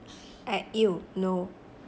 I !eww! no